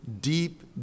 deep